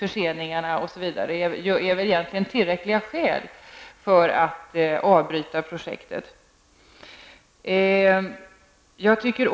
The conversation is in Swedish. Förseningarna osv. är väl egentligen tillräckliga skäl för att avbryta projektet.